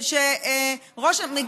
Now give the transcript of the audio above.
למה?